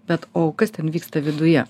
bet o kas ten vyksta viduje